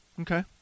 Okay